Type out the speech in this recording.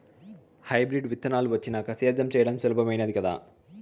hybrid విత్తనాలు వచ్చినాక సేద్యం చెయ్యడం సులభామైనాది కదా